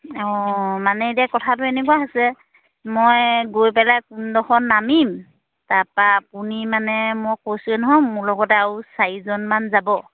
অঁ মানে এতিয়া কথাটো এনেকুৱা হৈছে মই গৈ পেলাই কোনডোখৰত নামিম তাৰপৰা আপুনি মানে মই কৈছোঁৱে নহয় মোৰ লগতে আৰু চাৰিজনমান যাব